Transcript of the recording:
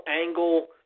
Angle